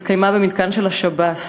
התקיימה במתקן של השב"ס.